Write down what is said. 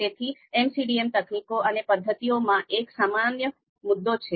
તેથી MCDM તકનીકો અને પદ્ધતિઓમાં આ એક સામાન્ય મુદ્દો છે